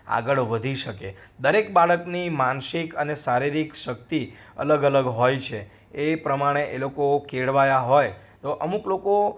આગળ વધી શકે દરેક બાળકની માનસિક અને શારીરિક શક્તિ અલગ અલગ હોય છે એ પ્રમાણે એ લોકો કેળવાયાં હોય તો અમુક લોકો